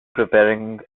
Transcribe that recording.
preparing